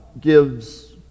gives